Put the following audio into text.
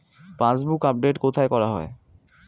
Passbook update কোথায় করা হয়?